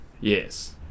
yes